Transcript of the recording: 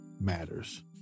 matters